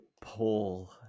Paul